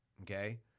Okay